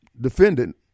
defendant